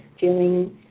feeling